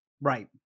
Right